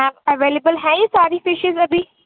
میم available ہے یہ ساری فشیز ابھی